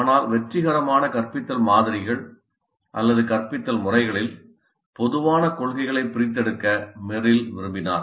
ஆனால் வெற்றிகரமான கற்பித்தல் மாதிரிகள் அல்லது கற்பித்தல் முறைகளில் பொதுவான கொள்கைகளை பிரித்தெடுக்க மெரில் விரும்பினார்